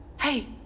Hey